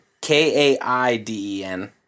K-A-I-D-E-N